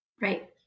Right